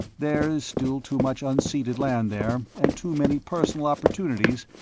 there is still too much unseated land there, and too many personal opportunities,